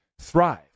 thrive